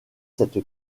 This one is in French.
cette